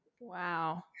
Wow